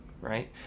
right